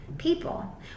people